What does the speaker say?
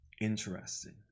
Interesting